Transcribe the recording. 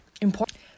important